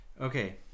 okay